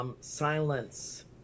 silence